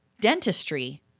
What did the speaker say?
dentistry